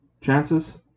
chances